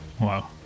Wow